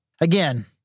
Again